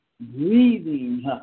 breathing